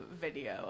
video